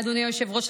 אדוני היושב-ראש,